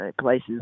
places